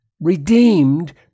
redeemed